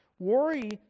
Worry